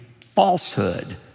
falsehood